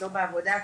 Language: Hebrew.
לא בעבודה,